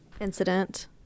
incident